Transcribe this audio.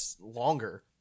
longer